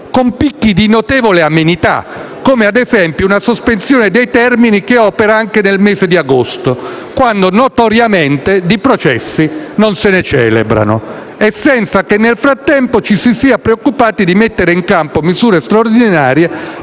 Con picchi di notevole amenità, come ad esempio una sospensione dei termini che opera anche nel mese di agosto, quando notoriamente di processi non se ne celebrano. E senza che nel frattempo ci si sia preoccupati di mettere in campo misure straordinarie